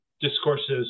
discourses